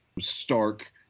stark